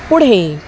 पुढे